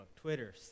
Twitter